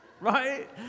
Right